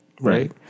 Right